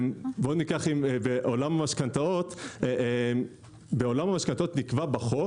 בעולם המשכנתאות נקבע בחוק,